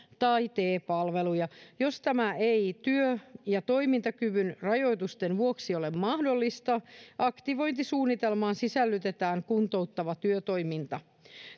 tai te palveluita jos tämä ei työ ja toimintakyvyn rajoitusten vuoksi ole mahdollista aktivointisuunnitelmaan sisällytetään kuntouttava työtoiminta